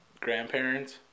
grandparents